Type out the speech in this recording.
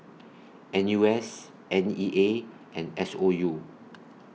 N U S N E A and S O U